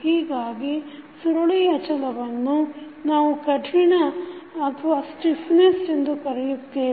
ಹೀಗಾಗಿ ಸುರುಳಿ ಅಚಲವನ್ನು ನಾವು ಕಠಿಣ ಕರೆಯುತ್ತೇವೆ